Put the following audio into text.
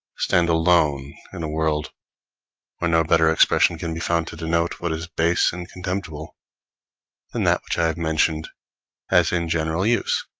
stand alone in a world where no better expression can be found to denote what is base and contemptible than that which i have mentioned as in general use,